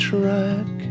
Track